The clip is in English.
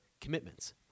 commitments